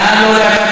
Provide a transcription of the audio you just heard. נא לא להפריע.